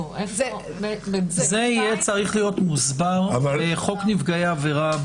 זה יהיה צריך להיות מוסבר בחוק נפגעי עבירה,